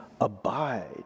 Abide